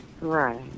Right